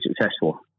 successful